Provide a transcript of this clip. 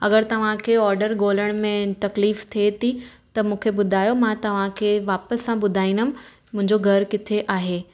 अगरि तव्हांखे ऑडर ॻोल्हण में तकलीफ़ थिए थी त मूंखे ॿुधायो मां तव्हामखे वापसि सां ॿुधाईंदमि मुंहिंजो घरु किथे आहे